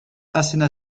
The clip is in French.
asséna